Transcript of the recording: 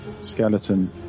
skeleton